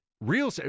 Real